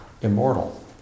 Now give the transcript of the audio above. immortal